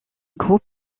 groupe